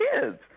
kids